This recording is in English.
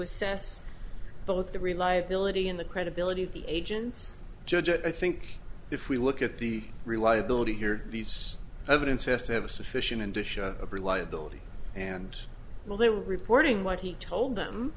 assess both the reliability and the credibility of the agents judge i think if we look at the reliability here these evidence has to have a sufficient condition of reliability and well they were reporting what he told them